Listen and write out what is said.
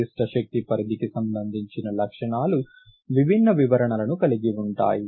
నిర్దిష్ట శక్తి పరిధికి సంబంధించిన లక్షణాలు విభిన్న వివరణలను కలిగి ఉంటాయి